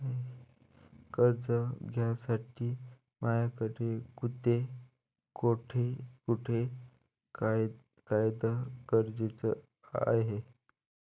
कर्ज घ्यासाठी मायाकडं कोंते कागद गरजेचे हाय?